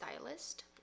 Stylist